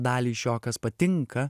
dalį iš jo kas patinka